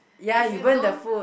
ya you burn the food